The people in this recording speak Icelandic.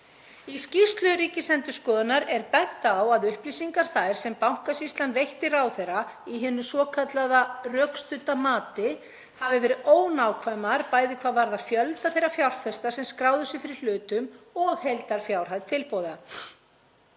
Í skýrslu Ríkisendurskoðunar er bent á að upplýsingar þær sem Bankasýslan veitti ráðherra í hinu svokallaða rökstudda mati hafi verið ónákvæmar, bæði hvað varðar fjölda þeirra fjárfesta sem skráðu sig fyrir hlutum og heildarfjárhæð tilboða.